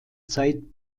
zeit